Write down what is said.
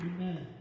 Amen